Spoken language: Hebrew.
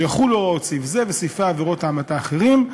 לא יחולו הוראות הסעיף וסעיפי עבירות ההמתה האחרים,